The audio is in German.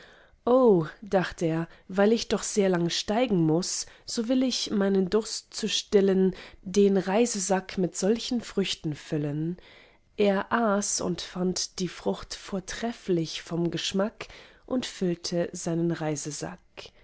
o dacht er weil ich doch sehr lange steigen muß so will ich meinen durst zu stillen den reisesack mit solchen früchten fällen er aß und fand die frucht vortrefflich vom geschmack und füllte seinen reisesack